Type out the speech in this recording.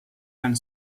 and